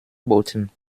boten